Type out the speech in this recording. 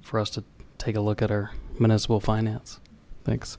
for us to take a look at her and as will finance thanks